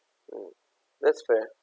mm that's fair